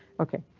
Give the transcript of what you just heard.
ok,